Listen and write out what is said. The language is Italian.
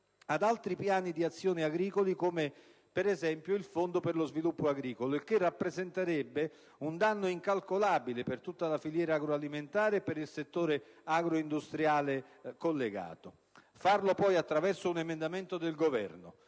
ad altri piani di azione agricoli come, per esempio, il fondo per lo sviluppo agricolo, il che rappresenterebbe un danno incalcolabile per tutta la filiera agroalimentare e per il settore agroindustriale collegato. Farlo attraverso un emendamento del Governo